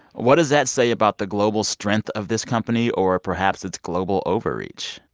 what does that say about the global strength of this company or, perhaps, its global overreach?